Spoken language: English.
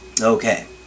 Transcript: Okay